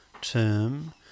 term